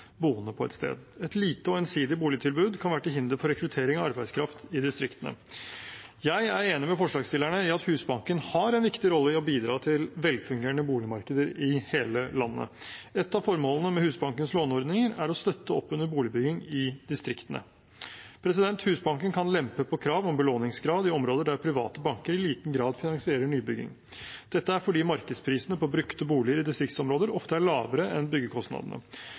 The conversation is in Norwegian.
på et sted. Et lite og ensidig boligtilbud kan være til hinder for rekruttering av arbeidskraft i distriktene. Jeg er enig med forslagsstillerne i at Husbanken har en viktig rolle i å bidra til velfungerende boligmarkeder i hele landet. Et av formålene med Husbankens låneordninger er å støtte opp under boligbygging i distriktene. Husbanken kan lempe på krav om belåningsgrad i områder der private banker i liten grad finansierer nybygging. Dette er fordi markedsprisene på brukte boliger i distriktsområder ofte er lavere enn byggekostnadene.